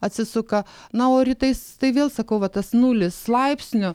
atsisuka na o rytais tai vėl sakau va tas nulis laipsnių